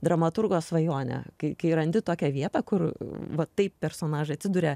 dramaturgo svajonė kai kai randi tokią vietą kur va taip personažai atsiduria